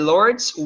Lord's